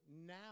now